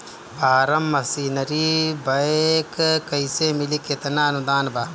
Form machinery bank कैसे मिली कितना अनुदान बा?